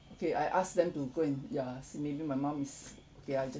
okay I ask them to go and ya s~ maybe my mum is okay I just